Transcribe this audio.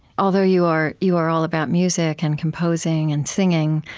although you are you are all about music, and composing, and singing,